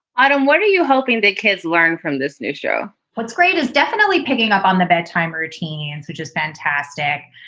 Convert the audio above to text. i don't. what are you hoping that kids learn from this new show? what's great is definitely picking up on the bedtime routines, which is fantastic.